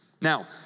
Now